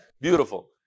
Beautiful